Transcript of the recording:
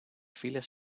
files